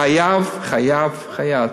חייב, חייב, חייב.